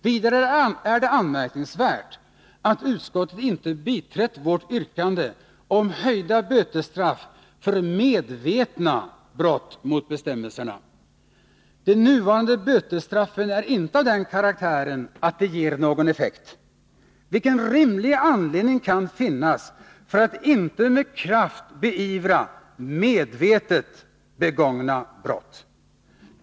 Vidare är det anmärkningsvärt att utskottet inte har biträtt vårt yrkande om höjda bötesstraff för medvetna brott mot bestämmelserna. De nuvarande bötesstraffen är inte av den karaktären att de ger någon effekt. Vilken rimlig anledning kan det finnas för att inte med kraft beivra medvetet begångna brott?